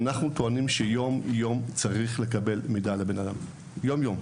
אנחנו טוענים שצריך לקבל דיווח על בן אדם מידי יום.